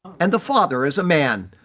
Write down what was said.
and the father is a man.